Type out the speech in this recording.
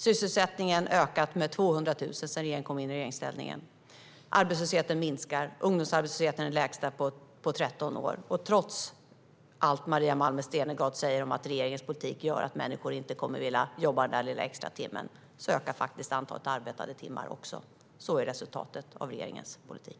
Sysselsättningen har ökat med 200 000 sedan vi kom i regeringsställning. Arbetslösheten minskar. Ungdomsarbetslösheten är den lägsta på 13 år. Och trots allt som Maria Malmer Stenergard säger om att regeringens politik gör att människor inte kommer att vilja jobba den där extra timmen ökar faktiskt också antalet arbetade timmar. Det är resultatet av regeringens politik.